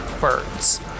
birds